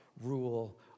rule